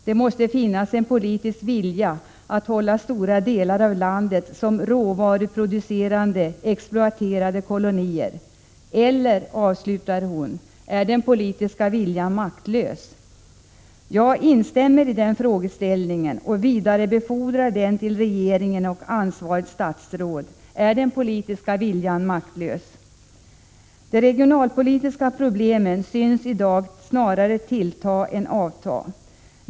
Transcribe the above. Det måste finnas en politisk vilja att hålla stora delar av landet som råvaruproducerande, exploaterade kolonier. Eller, avslutar hon, är den politiska viljan maktlös? Jag instämmer i den frågeställningen och vidarebefordrar den till regering och ansvarigt statsråd: Är den politiska viljan maktlös? De regionalpolitiska problemen synes i dag snarare tillta än avta.